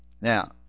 Now